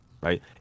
right